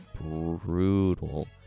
brutal